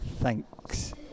Thanks